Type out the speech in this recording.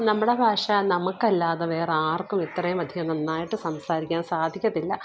നമ്മുടെ ഭാഷ നമുക്ക് അല്ലാതെ വേറാർക്കും ഇത്രയും അധികം നന്നായിട്ട് സംസാരിക്കാൻ സാധിക്കത്തില്ല